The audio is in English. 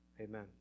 Amen